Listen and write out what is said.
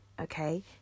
Okay